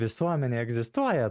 visuomenėj egzistuoja